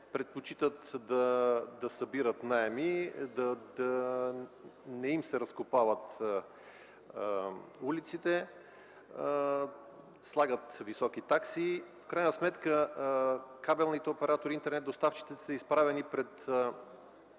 предпочитат да събират наеми, да не им се разкопават улиците, слагат високи такси. В крайна сметка кабелните оператори, интернет доставчиците са изправени пред